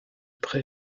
pré